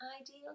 ideal